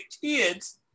kids